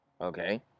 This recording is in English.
Okay